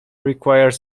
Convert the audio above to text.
required